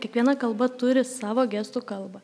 kiekviena kalba turi savo gestų kalbą